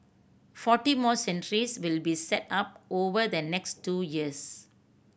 forty more centres will be set up over the next two years